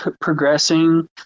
progressing